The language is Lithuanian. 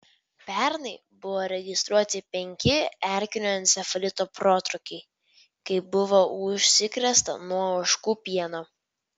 pernai buvo registruoti penki erkinio encefalito protrūkiai kai buvo užsikrėsta nuo ožkų pieno